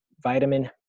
vitamin